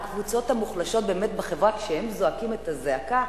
הקבוצות המוחלשות בחברה, כשהן זועקות את הזעקה,